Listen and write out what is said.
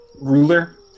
ruler